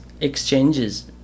exchanges